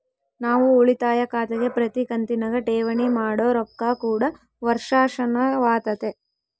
ನಾವು ಉಳಿತಾಯ ಖಾತೆಗೆ ಪ್ರತಿ ಕಂತಿನಗ ಠೇವಣಿ ಮಾಡೊ ರೊಕ್ಕ ಕೂಡ ವರ್ಷಾಶನವಾತತೆ